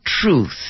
truth